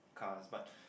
cars but